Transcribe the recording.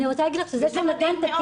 אני רוצה להגיד לך שזה שהוא נותן את